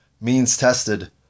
means-tested